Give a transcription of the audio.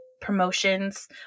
promotions